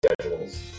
schedules